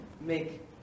make